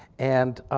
and